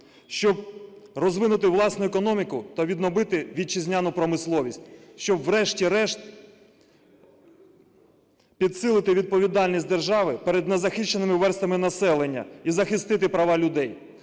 щоб розвинути власну економіку та відновити вітчизняну промисловість, щоб, врешті-решт, підсилити відповідальність держави перед незахищеними верствами населення і захистити права людей?